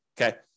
Okay